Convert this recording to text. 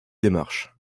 démarche